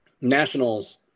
nationals